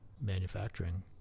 manufacturing